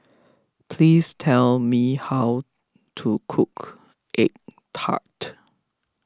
please tell me how to cook Egg Tart